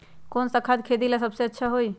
कौन सा खाद खेती ला सबसे अच्छा होई?